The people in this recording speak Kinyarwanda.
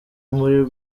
muri